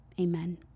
Amen